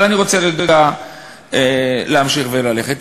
אבל אני רוצה רגע להמשיך ללכת,